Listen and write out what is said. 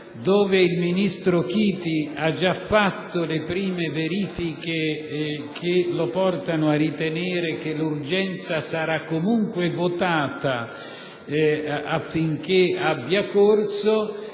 dove il ministro Chiti ha già operato le prime verifiche che lo portano a ritenere che l'urgenza sarà comunque votata affinché abbia corso